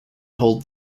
hold